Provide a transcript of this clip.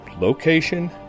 location